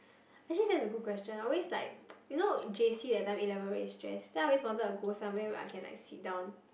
actually that's a good question I always like you know J_C that time A-level very stress then I always wanted to go somewhere where I can like sit down